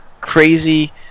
crazy